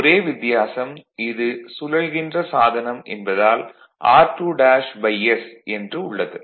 ஒரே வித்தியாசம் இது சுழல்கின்ற சாதனம் என்பதால் r2s என்று உள்ளது